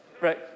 right